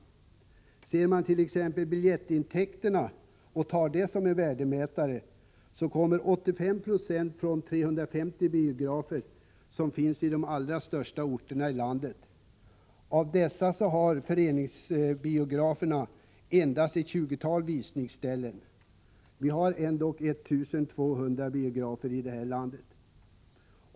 Tar mant.ex. biljettintäkterna som en värdemätare så kommer 85 96 från de 350 biografer som finns på de större orterna i landet. Av dessa har föreningsbiograferna endast ett 20-tal visningsställen. Vi har dock ca 1 200 biografer i landet.